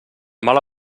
mala